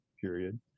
period